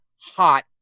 hot